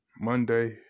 Monday